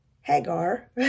Hagar